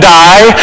die